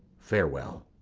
farewell.